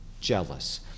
jealous